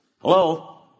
Hello